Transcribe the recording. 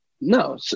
No